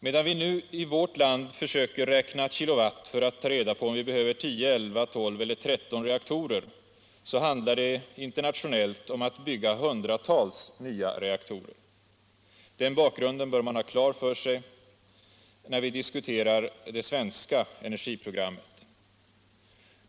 Medan vi nu i vårt land försöker räkna kilowatt för att ta reda på om vi behöver 10, 11, 12 eller 13 reaktorer så handlar det internationellt om att bygga hundratals nya reaktorer. Den bakgrunden bör man ha klar för sig när vi diskuterar det svenska energiprogrammet.